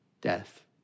death